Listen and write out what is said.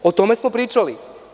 O tome smo pričali.